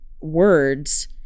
words